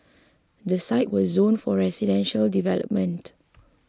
the sites were zoned for residential development